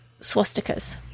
swastikas